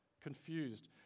confused